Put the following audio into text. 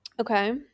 Okay